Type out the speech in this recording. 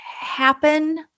happen